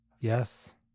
yes